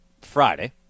Friday